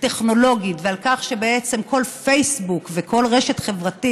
הטכנולוגית ובכך שבעצם כל פייסבוק וכל רשת חברתית